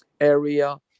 area